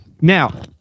now